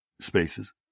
spaces